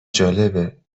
جالبه